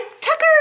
Tucker